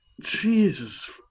Jesus